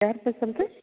யார் பேசுகிறது